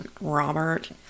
Robert